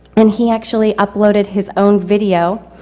and he actually uploaded his own video